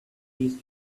his